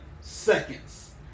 seconds